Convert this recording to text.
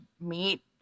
meet